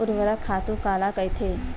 ऊर्वरक खातु काला कहिथे?